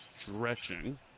stretching